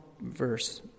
verse